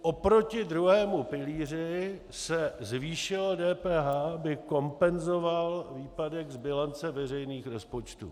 Proti druhému pilíři se zvýšilo DPH, aby kompenzovalo výpadek z bilance veřejných rozpočtů.